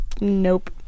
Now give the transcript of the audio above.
Nope